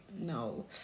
no